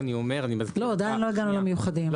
עדיין לא הגענו למיוחדים.